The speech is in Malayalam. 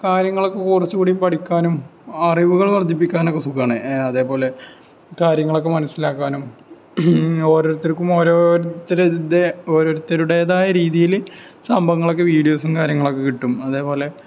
കാര്യങ്ങളൊക്കെ കുറച്ച് കൂടി പഠിക്കാനും ആ അറിവുകൾ വർദ്ധിപ്പിക്കാനുമൊക്കെ സുഖമാണ് അതേപോലെ കാര്യങ്ങളൊക്കെ മനസ്സിലാക്കാനും ഓരോത്തർക്കും ഓരോരുത്തരുടെതായ രീതിയിൽ സംഭവങ്ങളൊക്കെ വീഡിയോസും കാര്യങ്ങളൊക്കെ കിട്ടും അതേപോലെ